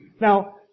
Now